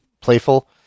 Playful